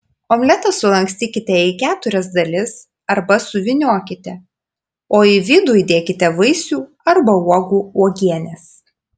omletą sulankstykite į keturias dalis arba suvyniokite o į vidų įdėkite vaisių arba uogų uogienės